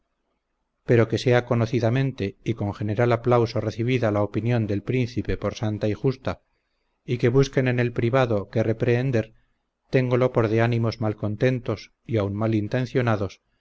pero que sea conocidamente y con general aplauso recibida la opinión del príncipe por santa y justa y que busquen en el privado qué reprehender tengolo por de ánimos mal contentos y aun mal intencionados